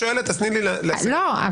לא.